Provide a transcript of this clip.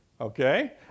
okay